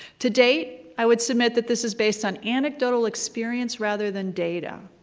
to date, i would submit that this is based on anecdotal experience rather than data.